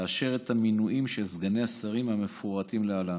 לאשר את המינויים של סגני השרים המפורטים להלן: